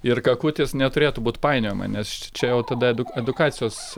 ir kakutis neturėtų būt painiojama nes čia jau tada edukacijos